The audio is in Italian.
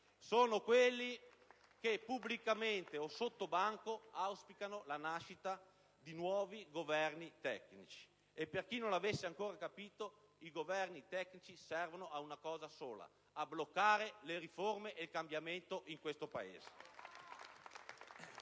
Sono quelli che, pubblicamente o sottobanco, auspicano la nascita di nuovi Governi tecnici. E per chi non l'avesse ancora capito, i Governi tecnici servono a una cosa sola: a bloccare le riforme e il cambiamento in questo Paese.